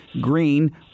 green